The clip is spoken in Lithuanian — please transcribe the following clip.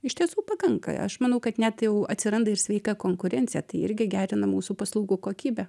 iš tiesų pakanka aš manau kad net jau atsiranda ir sveika konkurencija tai irgi gerina mūsų paslaugų kokybę